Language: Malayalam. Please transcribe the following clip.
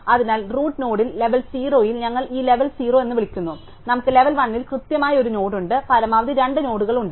അതിനാൽ റൂട്ട് നോഡിൽ ലെവൽ 0 ൽ ഞങ്ങൾ ഈ ലെവൽ 0 എന്ന് വിളിക്കുന്നു നമുക്ക് ലെവൽ 1 ൽ കൃത്യമായി ഒരു നോഡ് ഉണ്ട് പരമാവധി 2 നോഡുകൾ ഉണ്ട്